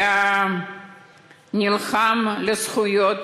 הוא נלחם על זכויות